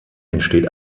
entsteht